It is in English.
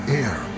air